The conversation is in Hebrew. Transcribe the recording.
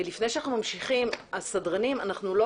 לפני שאנחנו ממשיכים, הסדרנים, אנחנו לא